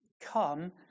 Come